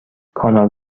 کانال